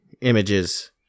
images